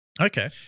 Okay